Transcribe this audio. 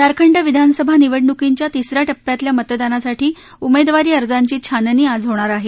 झारखंड विधानसभा निवडणुकांच्या तिस या शिप्यातल्या मतदानासाठी उमेदवारी अर्जाची छाननी आज होणार आहे